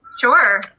Sure